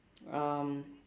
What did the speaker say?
um